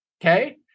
Okay